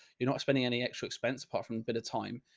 you're not spending any extra expense apart from a bit of time,